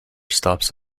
stops